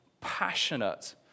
passionate